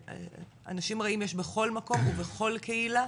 אנשים רעים יש בכל מקום ובכל קהילה,